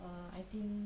err I think